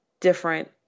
different